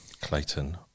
clayton